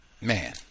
Man